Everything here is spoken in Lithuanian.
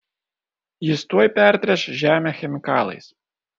jis tuoj pertręš žemę chemikalais